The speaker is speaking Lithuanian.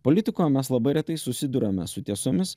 politikoje mes labai retai susiduriame su tiesomis